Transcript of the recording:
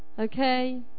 okay